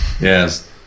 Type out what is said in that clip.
Yes